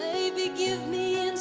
maybe give me